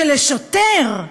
שלשוטר,